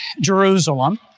Jerusalem